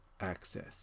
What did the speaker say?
access